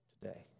today